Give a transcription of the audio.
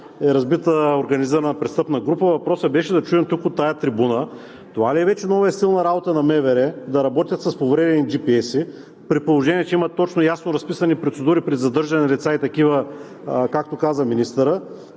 е разбита организирана престъпна група. Въпросът беше да чуем тук, от тази трибуна, това ли е вече новият стил на работа на МВР – да работят с повредени GPS-и, при положение че имат точно и ясно разписани процедури при задържане на лица и такива, както каза министърът,